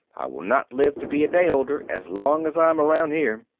will not live to be a day older as long as i am around here.